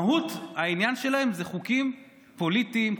מהות העניין שלהם זה חוקים פוליטיים,